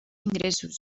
ingressos